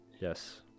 yes